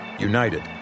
United